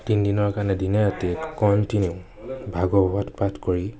তিনিদিনৰ কাৰণে দিনে ৰাতিয়ে কণ্টিনিউ ভাগৱত পাঠ কৰি